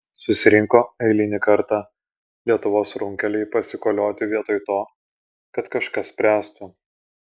susirinko eilinį kartą lietuvos runkeliai pasikolioti vietoj to kad kažką spręstų